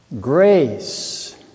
grace